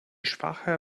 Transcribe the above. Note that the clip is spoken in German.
schwache